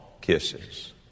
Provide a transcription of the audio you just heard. kisses